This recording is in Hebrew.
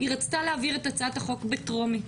היא רצתה להעביר את הצעת החוק בטרומית.